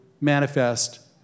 manifest